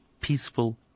peaceful